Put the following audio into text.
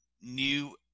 new